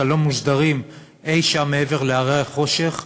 הלא-מוסדרים אי-שם מעבר להרי החושך,